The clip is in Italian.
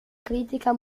critica